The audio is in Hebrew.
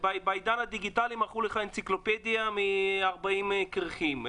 בעידן הדיגיטלי מכרו לך אנציקלופדיה של 40 כרכים.